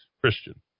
Christian